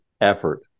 effort